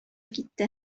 китте